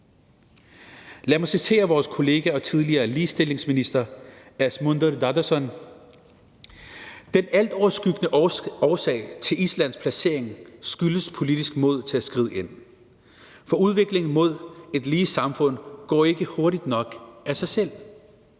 Lad mig citerer vores kollega og tidligere ligestillingsminister Ásmundur Daðason: »Den altoverskyggende årsag til Islands placering på listen skyldes politisk mod til at skride ind. For udviklingen mod et lige samfund går ikke hurtigt nok af sig selv